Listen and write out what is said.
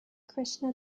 krishna